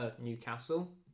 Newcastle